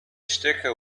sticker